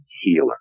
healer